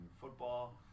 football